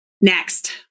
Next